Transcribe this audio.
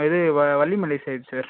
இது வ Vallimalai side sir